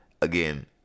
again